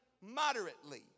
moderately